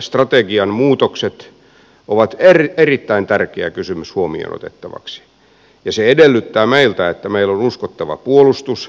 sotilasstrategian muutokset ovat erittäin tärkeä kysymys huomioon otettavaksi ja se edellyttää meiltä että meillä on uskottava puolustus